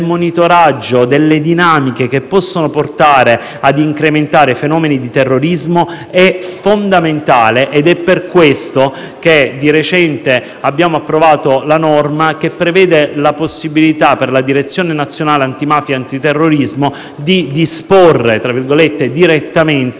monitoraggio delle dinamiche che possono portare a incrementare fenomeni di terrorismo è fondamentale. È per questo che di recente abbiamo approvato la norma che prevede la possibilità per la Direzione nazionale antimafia e antiterrorismo di disporre direttamente